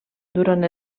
durant